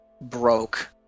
broke